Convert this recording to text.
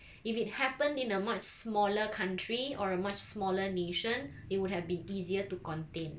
if it happened in a much smaller country or a much smaller nation it would have been easier to contain